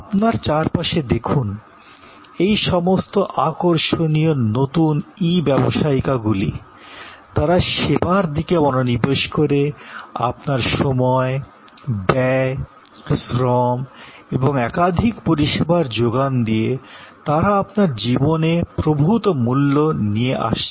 আপনার চারপাশে দেখুন এই সমস্ত আকর্ষণীয় নতুন ই কমার্সগুলি তারা সেবার দিকে মনোনিবেশ করে আপনার সময় ব্যয় শ্রম এবং একাধিক পরিষেবার যোগান দিয়ে তারা আপনার জীবনে প্রভূত মূল্য নিয়ে আসছে